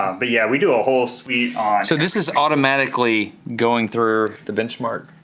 um but yeah we do a whole suite on so this is automatically going through the benchmark?